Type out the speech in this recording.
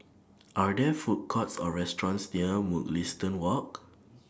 Are There Food Courts Or restaurants near Mugliston Walk